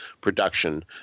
production